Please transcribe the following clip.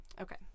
okay